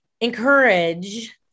encourage